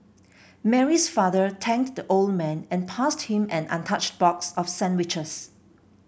Mary's father thanked the old man and passed him an untouched box of sandwiches